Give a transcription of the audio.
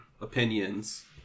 opinions